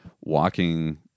walking